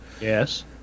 Yes